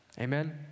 Amen